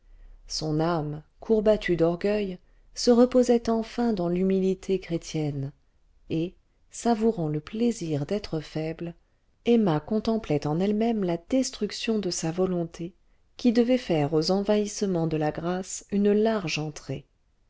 son âme courbatue d'orgueil se reposait enfin dans l'humilité chrétienne et savourant le plaisir d'être faible emma contemplait en elle-même la destruction de sa volonté qui devait faire aux envahissements de la grâce une large entrée